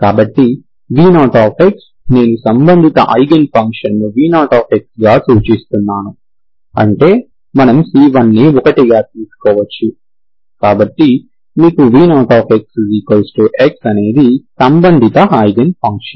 కాబట్టి v0 నేను సంబంధిత ఐగెన్ ఫంక్షన్ను v0 గా సూచిస్తున్నాను అంటే మనం c1ని 1గా తీసుకోవచ్చు కాబట్టి మీకు v0xx అనేది సంబంధిత ఐగెన్ ఫంక్షన్